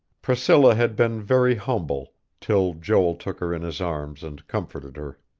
priscilla had been very humble, till joel took her in his arms and comforted her.